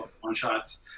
one-shots